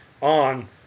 on